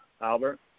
Albert